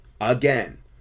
Again